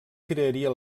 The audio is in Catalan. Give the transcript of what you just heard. crearia